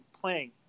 playing